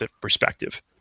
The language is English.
perspective